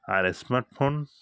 R smart phone